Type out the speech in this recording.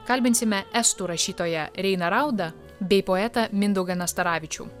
kalbinsime estų rašytoją reiną raudą bei poetą mindaugą nastaravičių